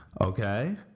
Okay